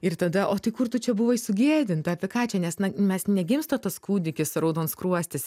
ir tada o tai kur tu čia buvai sugėdinta apie ką čia nes na mes negimsta tas kūdikis raudonskruostis